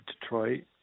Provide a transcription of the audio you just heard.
Detroit